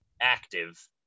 active